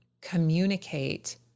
communicate